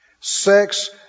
Sex